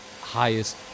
highest